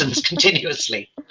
continuously